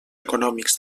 econòmics